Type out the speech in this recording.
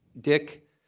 Dick